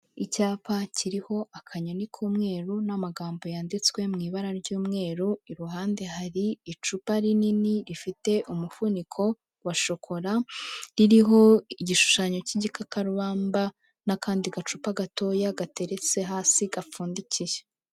Icyapa kiriho akanyoni k'umweru n'amagambo yanditswe mu ibara ry'umweru, iruhande hari icupa rinini rifite umufuniko wa shokora, ririho igishushanyo cy'igikakarubamba n'akandi gacupa gatoya, gateretse hasi, gapfundikiye.